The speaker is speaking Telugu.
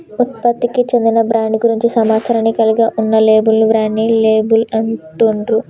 ఉత్పత్తికి చెందిన బ్రాండ్ గురించి సమాచారాన్ని కలిగి ఉన్న లేబుల్ ని బ్రాండ్ లేబుల్ అంటుండ్రు